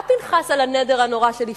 פנחס ידע על הנדר הנורא של יפתח,